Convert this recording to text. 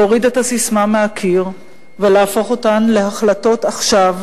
להוריד את הססמה מהקיר ולהפוך אותה להחלטות עכשיו,